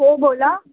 हो बोला